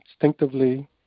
instinctively